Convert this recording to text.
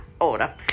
order